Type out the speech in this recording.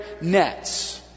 nets